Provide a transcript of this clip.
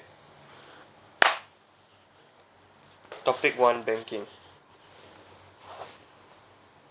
topic one banking